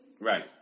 Right